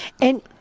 And-